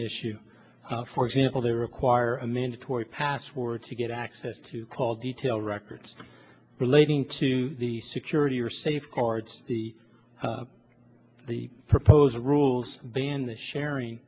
issue for example they require a mandatory password to get access to call detail records relating to the security or safeguards the the proposed rules ban the sharing